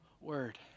word